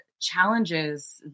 Challenges